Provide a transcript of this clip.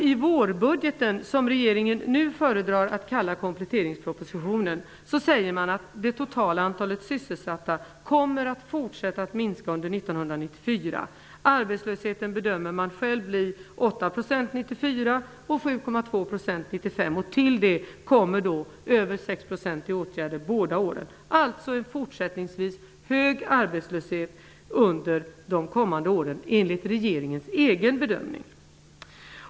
I vårbudgeten, som regeringen nu föredrar att kalla kompletteringspropositionen, säger regeringen att det totala antalet sysselsatta kommer att fortsätta att minska under 1994. Arbetslösheten bedöms bli 8 % år 1994 och 7,2 % år 1995. Till detta kommer över 6 % i åtgärder båda åren. Alltså också fortsättningsvis en hög arbetslöshet under de kommande åren enligt regeringens egen bedömning.